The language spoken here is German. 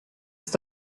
ist